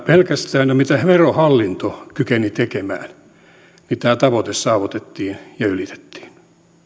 pelkästään jo siinä mitä verohallinto kykeni tekemään tämä tavoite saavutettiin ja ylitettiin